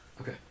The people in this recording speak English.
Okay